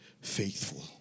faithful